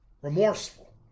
Remorseful